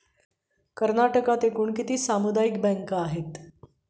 कर्नाटकात एकूण किती सामुदायिक बँका आहेत?